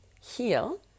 heal